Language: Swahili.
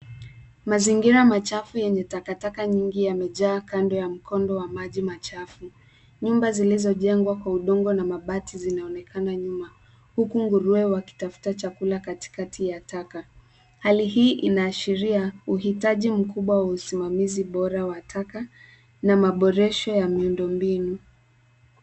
Mazingira machafu yenye taka taka nyingi yamejaa kando ya mkondo wa maji machafu. Nyumba zilizo jengwa kwa udongo na mabati zinaonekana nyuma huku nguruwe wakitafuta chakula katikati ya taka. Hali hii inaashiria uhitaji mkubwa wa usimamizi bora wa taka na maboresho ya miundo mbinu